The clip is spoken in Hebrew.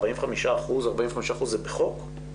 הרכב ה-45%, 45% זה בחוק?